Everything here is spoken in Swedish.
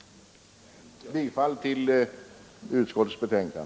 Jag ber att få yrka bifall till utskottets hemställan.